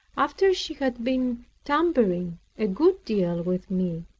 after she had been tampering a good deal with me,